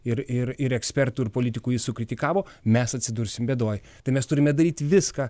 ir ir ir ekspertų ir politikų jį sukritikavo mes atsidursim bėdoj tai mes turime daryti viską